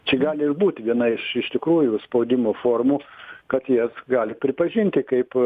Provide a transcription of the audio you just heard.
čia gali ir būti viena iš iš tikrųjų spaudimo formų kad jas gali pripažinti kaip